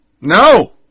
No